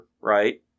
right